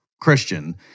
Christian